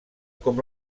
com